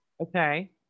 okay